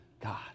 God